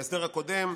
בהסדר הקודם,